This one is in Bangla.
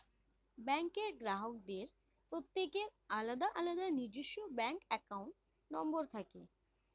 ব্যাঙ্কের গ্রাহকদের প্রত্যেকের আলাদা আলাদা নিজস্ব ব্যাঙ্ক অ্যাকাউন্ট নম্বর থাকে